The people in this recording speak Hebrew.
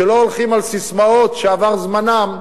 שלא הולכים על ססמאות שעבר זמנן,